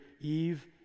Eve